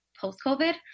post-COVID